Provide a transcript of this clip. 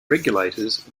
regulators